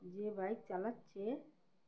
যে বাইক চালাচ্ছে